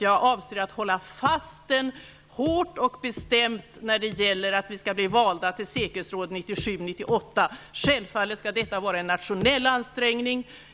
Jag avser att hålla fast den hårt och bestämt när det gäller att vi skall bli valda till säkerhetsrådet 1997--1998. Självfallet skall detta vara en nationell ansträngning.